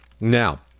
Now